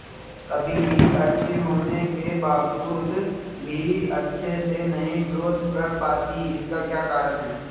कभी बीज अच्छी होने के बावजूद भी अच्छे से नहीं ग्रोथ कर पाती इसका क्या कारण है?